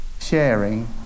sharing